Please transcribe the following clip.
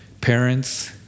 parents